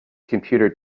computer